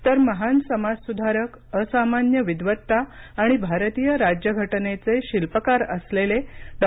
तर महान समाजसुधारक असामान्य विद्वत्ता आणि भारतीय राज्यघटनेचे शिल्पकार असलेले डॉ